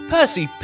Percy